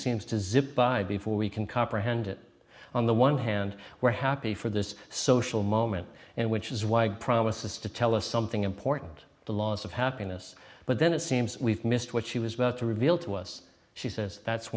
seems to zip by before we can comprehend it on the one hand we're happy for this social moment and which is why promises to tell us something important the loss of happiness but then it seems we've missed what she was about to reveal to us she says that's